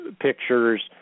pictures